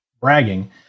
bragging